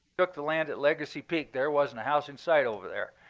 took the land at legacy peak, there wasn't a house in sight over there.